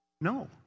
No